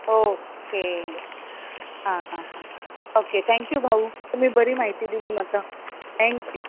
okay हां हां हां ओके थँक यू भाऊ तुमी बरी म्हायती दिली म्हाका थँक यू